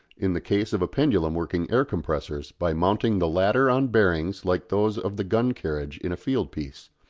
in the case of a pendulum working air-compressors, by mounting the latter on bearings like those of the gun-carriage in a field piece,